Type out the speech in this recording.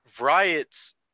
Riot's